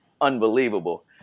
Unbelievable